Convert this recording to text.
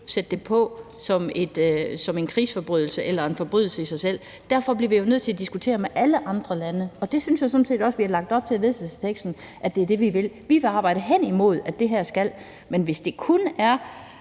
sætte det på som en krigsforbrydelse eller en forbrydelse i sig selv. Derfor bliver vi jo nødt til at diskutere med alle andre lande, og det synes jeg sådan set også at vi har lagt op til i vedtagelsesteksten er det, vi vil. Vi vil arbejde hen imod, at vi skal have det her,